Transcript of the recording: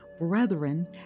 Brethren